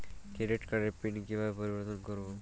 Credit কার্ডের pin কিভাবে পরিবর্তন করবো?